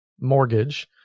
mortgage